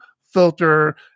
filter